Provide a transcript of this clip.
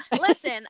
Listen